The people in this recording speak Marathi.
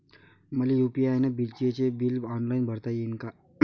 मले यू.पी.आय न विजेचे बिल ऑनलाईन भरता येईन का?